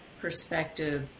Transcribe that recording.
perspective